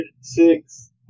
six